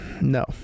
No